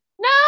No